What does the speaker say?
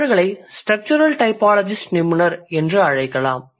அவர்களை structural typologist நிபுணர் என்று அழைக்கலாம்